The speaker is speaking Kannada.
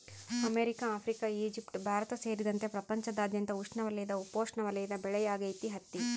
ಅಮೆರಿಕ ಆಫ್ರಿಕಾ ಈಜಿಪ್ಟ್ ಭಾರತ ಸೇರಿದಂತೆ ಪ್ರಪಂಚದಾದ್ಯಂತ ಉಷ್ಣವಲಯದ ಉಪೋಷ್ಣವಲಯದ ಬೆಳೆಯಾಗೈತಿ ಹತ್ತಿ